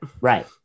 Right